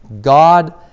God